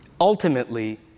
Ultimately